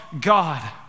God